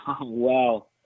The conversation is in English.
Wow